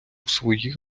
свої